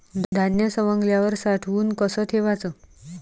धान्य सवंगल्यावर साठवून कस ठेवाच?